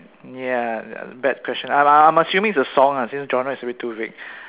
yeah bad question I'm I'm assuming it's a song lah since genre is a bit too big